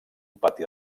pati